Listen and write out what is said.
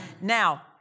Now